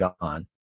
gone